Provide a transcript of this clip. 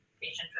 patient